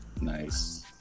Nice